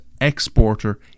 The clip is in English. exporter